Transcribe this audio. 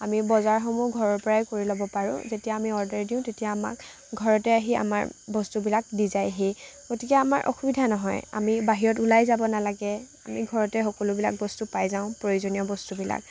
আমি বজাৰসমূহ ঘৰৰ পৰাই কৰি ল'ব পাৰোঁ যেতিয়া আমি অৰ্ডাৰ দিওঁ তেতিয়া আমাক ঘৰতে আহি আমাৰ বস্তুবিলাক দি যায়হি গতিকে আমাৰ অসুবিধা নহয় আমি বাহিৰত ওলাই যাব নেলাগে আমি ঘৰতে সকলোবিলাক বস্তু পাই যাওঁ প্ৰয়োজনীয় বস্তুবিলাক